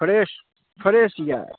fresh fresh यऽ